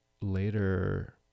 later